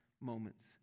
moments